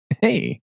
hey